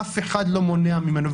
אף אחד לא מונע מהם את זה.